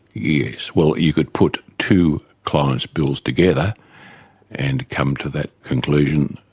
yes. well, you could put two clients' bills together and come to that conclusion,